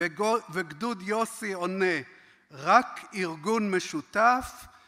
וגדוד יוסי עונה רק ארגון משותף